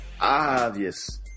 obvious